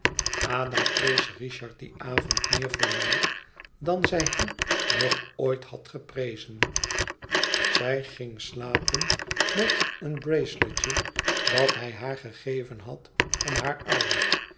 ada prees richard dien avond meer voor mij dan zij hem nog ooit had geprezen zij ging slapen met een braceletje dat hij haar gegeven had om haar arm